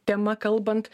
tema kalbant